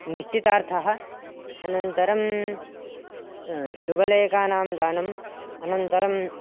निश्चितार्थः अनन्तरं शुभलेखानां दानम् अनन्तरम्